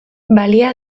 balia